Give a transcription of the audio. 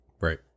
Right